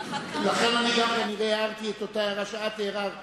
לכן גם כנראה הערתי את אותה הערת אז.